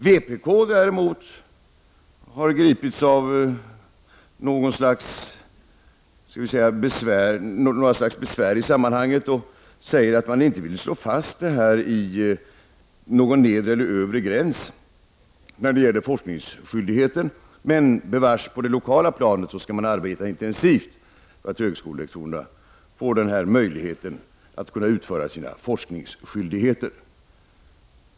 Vänsterpartiet har gripits av något slag av besvär i sammanhanget och säger att man inte vill slå fast någon nedre eller övre gräns när det gäller forskningsskyldigheten. Men på det lokala planet skall man arbeta intensivt för att högskolelektorerna skall få denna möjlighet att utföra sina forskningsskyldigheter.